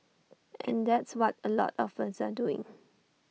and that's what A lot us are doing